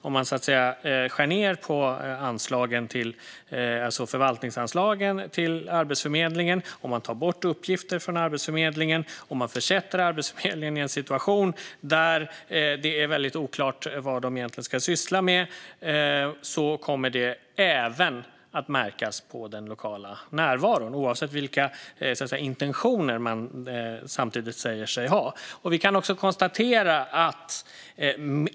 Om man skär ned förvaltningsanslagen till Arbetsförmedlingen, tar bort uppgifter från Arbetsförmedlingen och försätter Arbetsförmedlingen i en situation där det är oklart vad man ska syssla med kommer det såklart även att märkas på den lokala närvaron, oavsett vilka intentioner man säger sig ha.